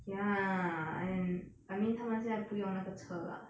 ya and I mean 他们现在不用那个车 lah